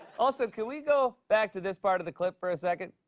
also, could we go back to this part of the clip for a second?